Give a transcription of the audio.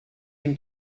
him